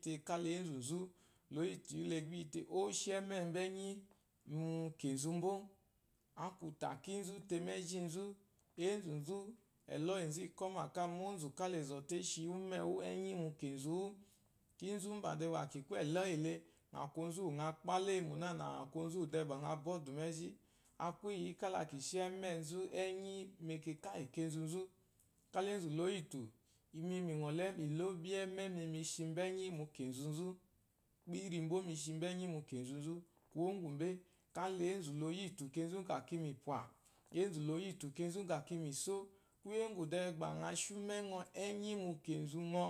teka enzu loyitu gba lyite noshi ememba enyi mu kenzu mbo aku ta kunzu le mejinzu enzuzu eloyinzuikwɔma ka ma onzu kal zɔte ishi unewa enyi mu kenzuwu. kinzu ba ikwu eloyi ele ɔnzu uwu kpala eyinmo de nana ɔnzu uwu bwɔkwɔ abwɔdumeji aku iyikala ikishi emenzu enyi mekaka kenzuzu kala enzu loyifu imi mingɔle mi lobi ememe mishimbo enyi mu kenzuzu, girimba mi shimbo enyi mu kenzuizu kuwo ngumbe kala enzu lo yifute kinzu ba kiyi mupwa, enzu loyitu kinzu da ikiyi miso mode gba ngɔ shi umengɔ enyi mu kenzu ngɔ.